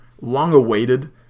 long-awaited